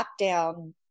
lockdown